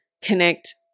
Connect